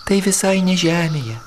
tai visai ne žemėje